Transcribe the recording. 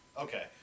Okay